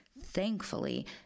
Thankfully